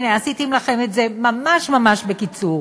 הנה, עשיתי לכם את זה ממש ממש בקיצור.